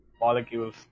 molecules